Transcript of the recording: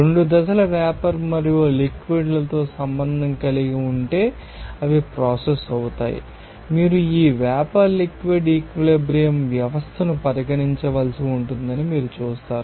2 దశలు వేపర్ మరియు లిక్విడ్ ంతో సంబంధం కలిగి ఉంటే అవి ప్రాసెస్ అవుతాయి మీరు ఈ వేపర్ లిక్విడ్ ఈక్విలిబ్రియం వ్యవస్థను పరిగణించవలసి ఉంటుందని మీరు చూస్తారు